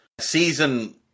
Season